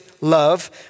love